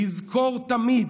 לזכור תמיד